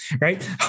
right